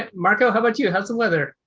ah marco. how about you? how's the weather?